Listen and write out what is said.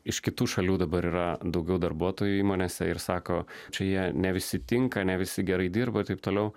iš kitų šalių dabar yra daugiau darbuotojų įmonėse ir sako čia jie ne visi tinka ne visi gerai dirbataip toliau